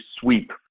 sweep